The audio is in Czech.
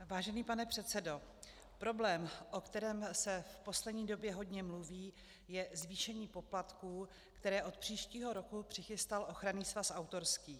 Vážený pane předsedo, problém, o kterém se v poslední době hodně mluví, je zvýšení poplatků, které od příštího roku přichystal Ochranný svaz autorský.